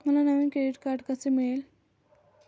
मला नवीन credit card कसे मिळेल?